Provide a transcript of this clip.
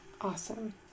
Awesome